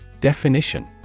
Definition